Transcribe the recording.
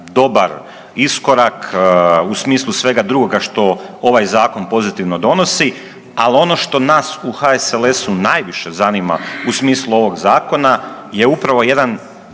dobar iskorak u smislu svega drugoga što ovaj zakon pozitivno donosi, ali ono što nas u HSLS-u najviše zanima u smislu ovog zakona je upravo jedan